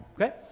okay